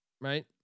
right